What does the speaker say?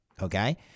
okay